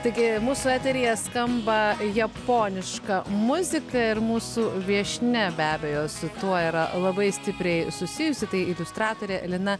taigi mūsų eteryje skamba japoniška muzika ir mūsų viešnia be abejo su tuo yra labai stipriai susijusi tai iliustratorė lina